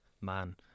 man